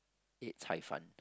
ate cai fan